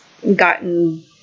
Gotten